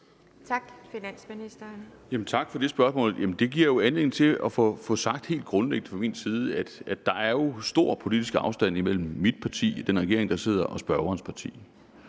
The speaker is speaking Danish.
(Bjarne Corydon): Tak for det spørgsmål. Det giver anledning til at få sagt, at der set fra min side jo er stor politisk afstand mellem mit parti i den regering, der sidder, og spørgerens parti.